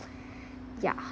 ya